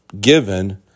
given